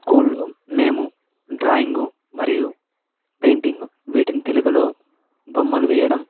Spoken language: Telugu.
స్కూల్ లో మేము డ్రాయింగ్ మరియు పెయింటింగ్ వీటిని తెలుగులో బొమ్మలు వేయడం